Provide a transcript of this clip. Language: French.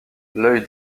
l’œil